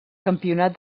campionat